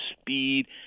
speed